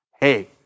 Hey